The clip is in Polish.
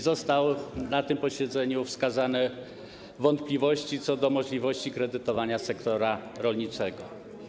Zostały na tym posiedzeniu wskazane wątpliwości co do możliwości kredytowania sektora rolniczego.